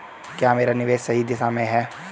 क्या मेरा निवेश सही दिशा में है?